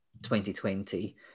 2020